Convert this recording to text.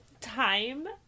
time